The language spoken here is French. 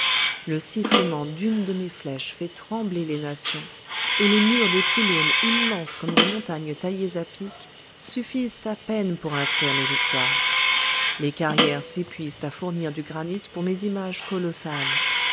le sifflement d'une de mes flèches fait trembler les nations et les murs des pylônes immenses comme des montagnes taillées à pic suffisent à peine pour inscrire mes victoires les carrières s'épuisent à fournir du granit pour mes images colossales